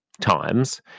times